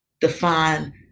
define